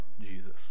Jesus